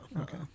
Okay